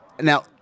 Now